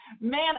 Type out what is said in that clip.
Man